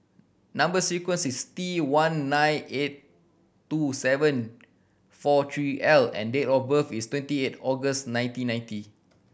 number sequence is T one nine eight two seven four three L and date of birth is twenty eight August nineteen ninety